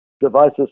devices